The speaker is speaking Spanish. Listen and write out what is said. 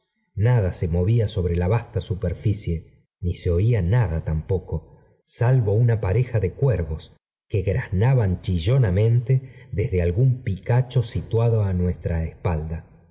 nada se movía sobre la vasta superficie ni ge oía i nada tampoco salvo una pareja de cuervos que graznaban chiílonamente desde algún picacho gilí tuado á nuestra espalda